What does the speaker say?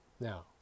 now